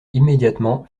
immédiatement